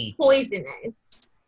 poisonous